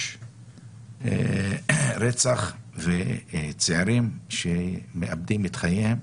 יש רצח וצעירים שמאבדים את חייהם.